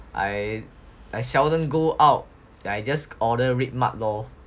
I I seldom go out I just order Redmart lor